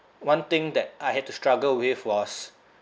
one thing that I had to struggle with was